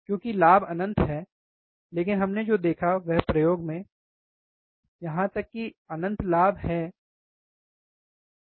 क्योंकि अनंत लाभ लेकिन हमने जो देखा वह प्रयोग में सही है यहां तक कि अनंत लाभ भी है ठीक है